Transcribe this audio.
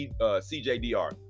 CJDR